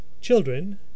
Children